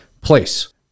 place